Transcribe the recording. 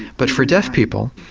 but for deaf people,